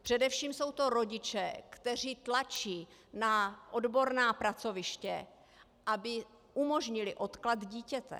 Především jsou to rodiče, kteří tlačí na odborná pracoviště, aby umožnily odklad dítěte.